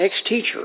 Ex-Teacher